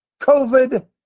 COVID